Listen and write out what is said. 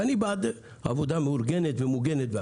ואני בעד עבודה מאורגנת ומוגנת.